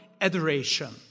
adoration